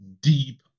deep